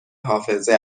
حافظه